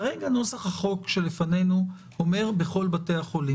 כרגע נוסח החוק שלפנינו אומר "בכל בתי החולים",